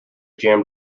jam